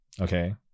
okay